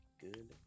Good